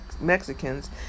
Mexicans